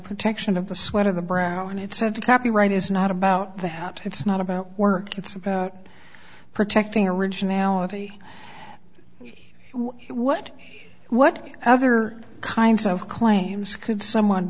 protection of the sweat of the brow and it's said to copyright is not about the hat it's not about work it's about protecting originality what what other kinds of claims could someone